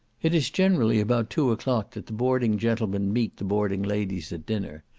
it is generally about two o'clock that the boarding gentlemen meet the boarding ladies at dinner.